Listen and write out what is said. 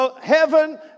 Heaven